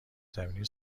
زمینی